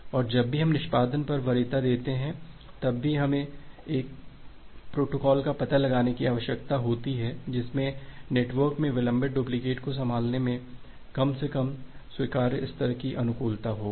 और जब भी हम निष्पादन पर वरीयता देते हैं तब भी हमें एक प्रोटोकॉल का पता लगाने की आवश्यकता होती है जिसमें नेटवर्क में विलंबित डुप्लिकेट को संभालने में कम से कम स्वीकार्य स्तर की अनुकूलता होगी